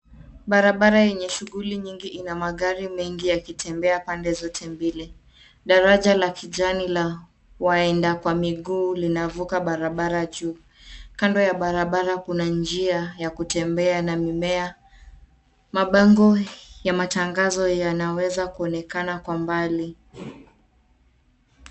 Barabara yenye shughuli nyingi inamagari mengi yakitebea pande zote mbili. Daraja la kijani la waenda kwa miguu linavuka barabara juu kando ya barabara kuna njia ya kutembea na mimea. Mabango ya matagazo yanaweza kuonekana kwa mbali.